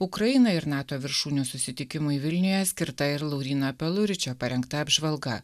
ukrainoje ir nato viršūnių susitikimui vilniuje skirta ir lauryno peluričio parengta apžvalga